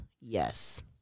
yes